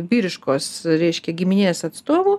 vyriškos reiškia giminės atstovu